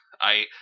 I-